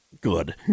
good